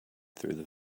through